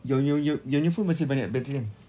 your your your your new phone masih banyak battery kan